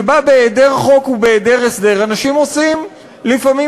שבה בהיעדר חוק ובהיעדר הסדר אנשים עושים לפעמים